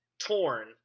torn